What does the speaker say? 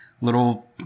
little